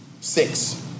Six